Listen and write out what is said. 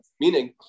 Meaning